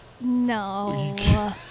No